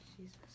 Jesus